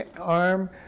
arm